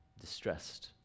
distressed